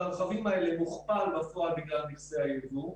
הרכבים האלה מוכפל בפועל בגלל מכסי היבוא.